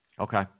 Okay